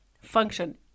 function